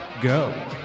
Go